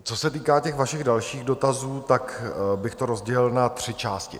Co se týká těch vašich dalších dotazů, tak bych to rozdělil na tři části.